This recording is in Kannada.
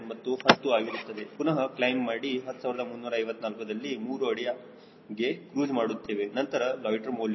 9 ಮತ್ತು 10 ಆಗಿರುತ್ತದೆ ಪುನಹ ಕ್ಲೈಮ್ ಮಾಡಿ 10354ದಲ್ಲಿ 3 ಅಡಿ ಗೆ ಕ್ರೂಜ್ ಮಾಡುತ್ತೇವೆ ನಂತರ ಲೊಯ್ಟ್ಟೆರ್ ಮೌಲ್ಯವು 0